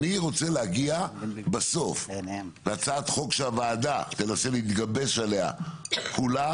אני רוצה להגיע בסוף להצעת חוק שהוועדה תנסה להתגבש עליה כולה,